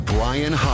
Brian